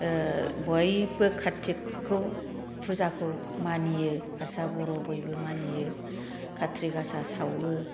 बयबो काटिखौ फुजाखौ मानियो हारसा बर' बयबो मानियो कार्टिक गासा सावो